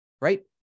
right